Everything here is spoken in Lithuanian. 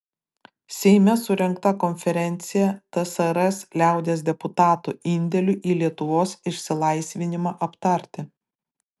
seime surengta konferencija tsrs liaudies deputatų indėliui į lietuvos išsilaisvinimą aptarti